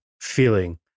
feeling